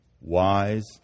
wise